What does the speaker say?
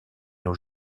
nos